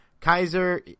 Kaiser